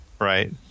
right